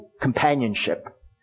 companionship